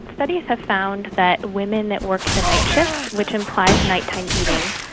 studies have found that women that work the night shift, which implies night-time eating,